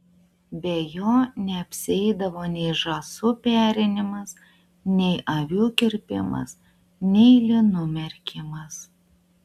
be jo neapsieidavo nei žąsų perinimas nei avių kirpimas nei linų merkimas